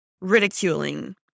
ridiculing